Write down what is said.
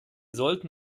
sollten